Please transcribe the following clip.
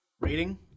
Rating